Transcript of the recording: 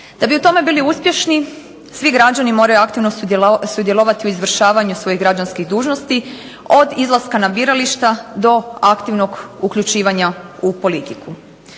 Da bi o tome bili uspješni svi građani moraju aktivno sudjelovati u izvršavanju svojih građanskih dužnosti od izlaska na birališta do aktivnog uključivanja u politiku.